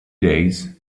days